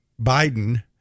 Biden